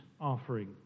offering